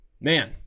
Man